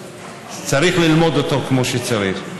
וצריך ללמוד אותו כמו שצריך.